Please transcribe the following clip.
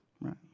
Right